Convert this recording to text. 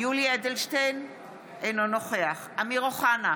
יולי אדלשטיין אינו נוכח אמיר אוחנה,